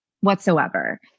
whatsoever